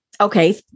Okay